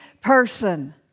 person